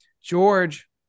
George